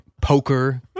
poker